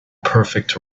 perfect